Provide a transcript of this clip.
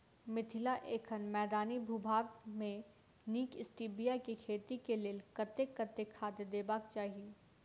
मिथिला एखन मैदानी भूभाग मे नीक स्टीबिया केँ खेती केँ लेल कतेक कतेक खाद देबाक चाहि?